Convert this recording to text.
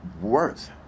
worth